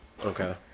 Okay